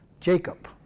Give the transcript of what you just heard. Jacob